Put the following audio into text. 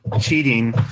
cheating